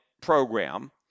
program